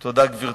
תודה, גברתי.